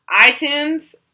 itunes